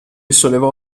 sollevò